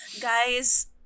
Guys